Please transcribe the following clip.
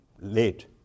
late